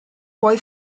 puoi